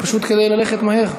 פשוט כדי ללכת מהר.